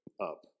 up